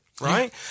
right